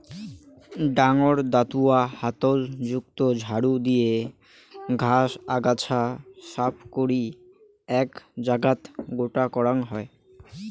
ডাঙর দাতুয়া হাতল যুক্ত ঝাড়ু দিয়া ঘাস, আগাছা সাফ করি এ্যাক জাগাত গোটো করাং হই